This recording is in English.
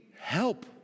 help